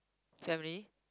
seventy